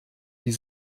die